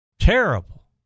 terrible